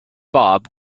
bob